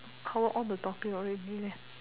cover all the topic already leh